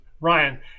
Ryan